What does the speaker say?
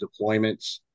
deployments